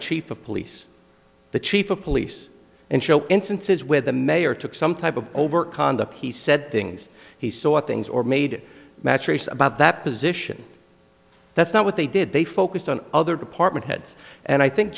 chief of police the chief of police and show instances where the mayor took some type of over conduct he said things he saw things or made match race about that position that's not what they did they focused on other department heads and i think